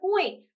point